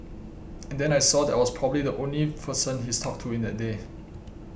and then I saw that I was probably the only person he's talked to in that day